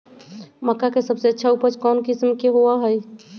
मक्का के सबसे अच्छा उपज कौन किस्म के होअ ह?